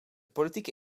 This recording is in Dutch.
politieke